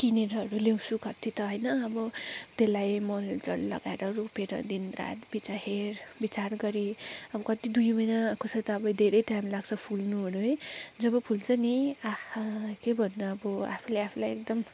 किनेरहरू ल्याउँछु कति त होइन अब त्यसलाई मलजल लगाएर रोपेर दिन रात हेर विचार गरी अब कति दुई महिना कसै त अब धेरै टाइम लाग्छ फुल्नुहरू है जब फुल्छ नि आह के भन्नु अब आफूले आफैलाई एकदम